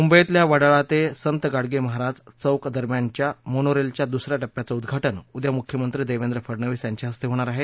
मुंबईतल्या वडाळा ते संत गाडगे महाराज चौक दरम्यानच्या मोनोरेलच्या दस या टप्याचं उद्घाटन उद्घा मुख्यमंत्री देवेंद्र फडणवीस यांच्या हस्ते होणार आहे